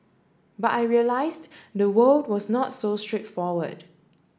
but I realised the world was not so straightforward